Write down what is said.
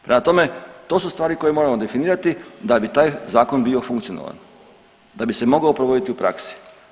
Prema tome, to su stvari koje moramo definirati da bi taj zakon bio funkcionalan, da bi se mogao provoditi u praksi.